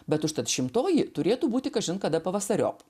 bet užtat šimtoji turėtų būti kažin kada pavasariop